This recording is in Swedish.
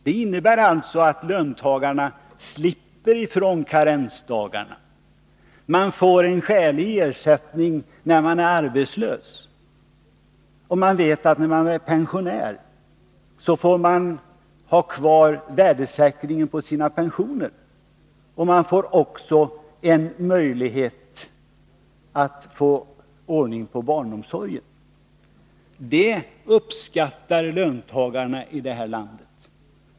De innebär alltså att löntagarna slipper karensdagarna, man får en skälig ersättning när man är arbetslös, pensionärerna vet att de får ha kvar värdesäkringen av sina pensioner och det kommer också att ges möjlighet att få ordning på barnomsorgen. Detta uppskattar löntagarna i det här landet.